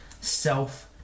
self